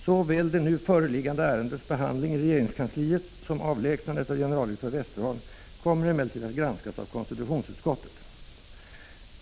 Såväl det nu föreliggande ärendets behandling i regeringskansliet som avlägsnandet av generaldirektör Westerholm kommer emellertid att granskas av konstitutionsutskottet.